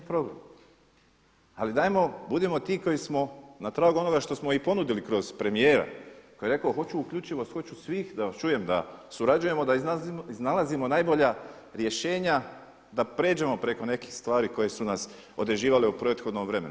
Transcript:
Ali dajmo budimo ti koji smo na tragu onoga što smo i ponudili kroz premijera koji je rekao hoću uključivost, hoću svih da vas čujem da surađujemo da iznalazimo najbolja rješenja, da prijeđemo preko nekih stvari koje su nas određivale u prethodnom vremenu.